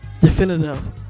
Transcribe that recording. definitive